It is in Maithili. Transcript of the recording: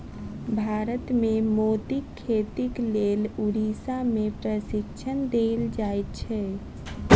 भारत मे मोतीक खेतीक लेल उड़ीसा मे प्रशिक्षण देल जाइत छै